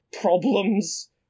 problems